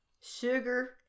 sugar